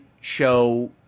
show